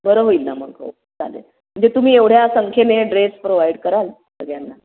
बरं होईल ना मग हो चालेल म्हणजे तुम्ही एवढ्या संख्यने ड्रेस प्रोव्हाइड कराल सगळ्यांना